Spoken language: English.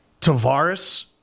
Tavares